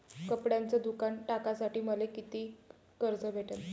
कपड्याचं दुकान टाकासाठी मले कितीक कर्ज भेटन?